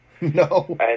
No